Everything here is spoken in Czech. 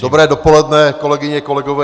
Dobré dopoledne, kolegyně a kolegové.